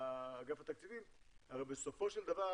אגף התקציבים, הרי בסופו של דבר